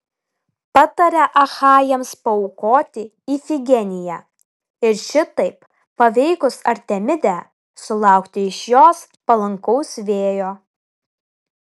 patarė achajams paaukoti ifigeniją ir šitaip paveikus artemidę sulaukti iš jos palankaus vėjo